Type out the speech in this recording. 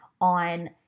on